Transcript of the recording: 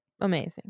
amazing